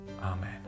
Amen